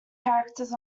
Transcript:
characters